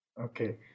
okay